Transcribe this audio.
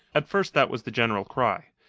at first that was the general cry.